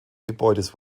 gebäudes